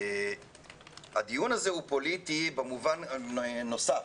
הדיון הזה הוא פוליטי במובן נוסף.